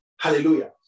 Hallelujah